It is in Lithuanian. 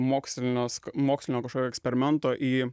mokslinis mokslinio kažkokio eksperimento į